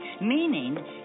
meaning